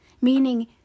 meaning